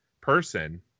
person